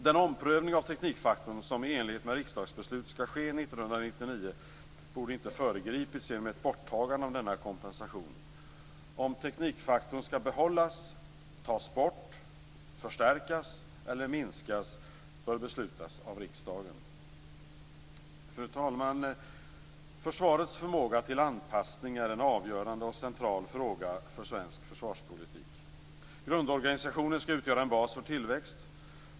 Den omprövning av teknikfaktorn som i enlighet med riksdagsbeslut skall ske 1999 borde inte ha föregripits genom ett borttagande av denna kompensation. Om teknikfaktorn skall behållas, tas bort, förstärkas eller minskas bör beslutas av riksdagen. Fru talman! Försvarets förmåga till anpassning är en avgörande och central fråga för svensk försvarspolitik. Grundorganisationen skall utgöra en bas för tillväxt.